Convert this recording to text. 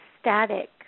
static